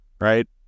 Right